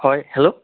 হয় হেল্ল'